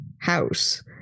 house